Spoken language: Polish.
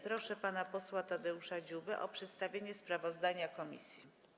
Proszę pana posła Tadeusza Dziubę o przedstawienie sprawozdania komisji.